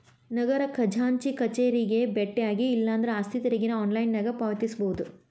ನಗರ ಖಜಾಂಚಿ ಕಚೇರಿಗೆ ಬೆಟ್ಟ್ಯಾಗಿ ಇಲ್ಲಾಂದ್ರ ಆಸ್ತಿ ತೆರಿಗೆ ಆನ್ಲೈನ್ನ್ಯಾಗ ಪಾವತಿಸಬೋದ